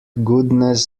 goodness